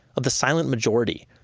of the silent majority,